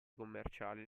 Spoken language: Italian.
commerciale